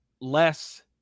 less